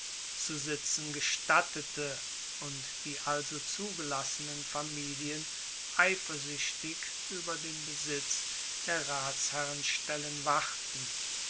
zu sitzen gestattete und die also zugelassenen familien eifersuechtig ueber den besitz der ratsherrenstellen wachten